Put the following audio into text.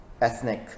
ethnic